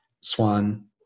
Swan